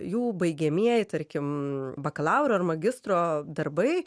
jų baigiamieji tarkim bakalauro ar magistro darbai